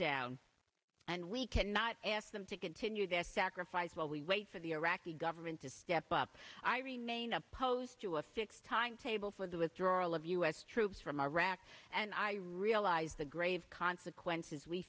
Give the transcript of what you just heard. down and we cannot ask them to continue their sacrifice while we wait for the iraqi government to step up i remain opposed to a fixed timetable for the withdrawal of u s troops from iraq and i realize the grave consequences we